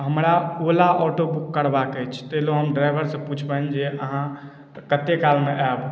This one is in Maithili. हमरा ओला ऑटो बुक करबाक अछि तैं लेलहुॅं हम ड्राइवर सँ पूछबनि जे अहाँ कते काल मे आएब